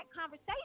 conversation